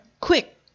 Quick